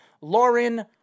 Lauren